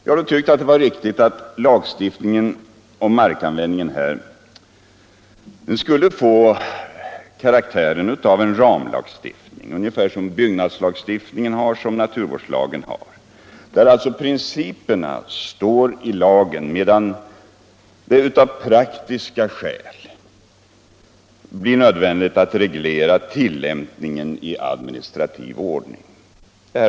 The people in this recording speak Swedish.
Vi har ansett det vara riktigt att lagstiftningen om markanvändningen i detta fall skulle få karaktären av en ramlagstiftning av ungefär samma slag som byggnadslagstiftningen och naturvårdslagstiftningen, där principerna anges i lagen, medan det av praktiska skäl blir nödvändigt att reglera tillämpningen i administrativ ordning.